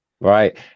Right